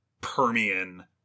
Permian